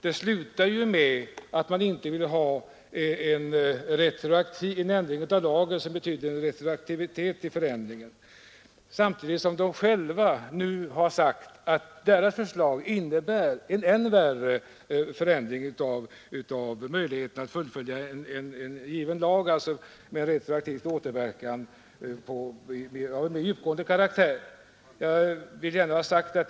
Den slutar med att reservanterna inte vill ha någon ändring i lagen som betyder retroaktivitet, samtidigt som de borgerliga själva har sagt att deras förslag innebär en ännu större ändring rörande möjligheterna att fullfölja en lag med retroaktiv återverkan av djupgående karaktär.